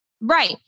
Right